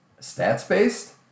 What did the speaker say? stats-based